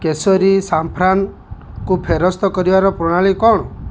କେସରୀ ସାଫ୍ରାନକୁ ଫେରସ୍ତ କରିବାର ପ୍ରଣାଳୀ କ'ଣ